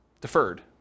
deferred